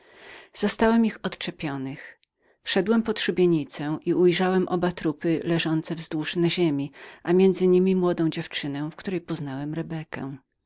zastałem ich odczepionych wszedłem wewnątrz szubienicy i ujrzałem oba trupy wzdłuż leżące na ziemi a między niemi młodą dziewczynę w której poznałem rebekę